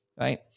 right